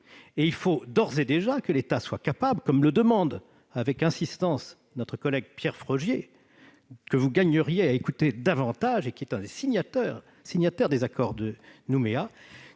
et il faut d'ores et déjà que l'État soit capable, comme le demande avec insistance notre collègue Pierre Frogier, que vous gagneriez à écouter davantage et qui est l'un des signataires des accords de Nouméa,